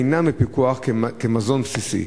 אינם בפיקוח כמזון בסיסי?